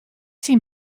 syn